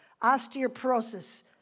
osteoporosis